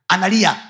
Analia